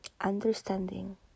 understanding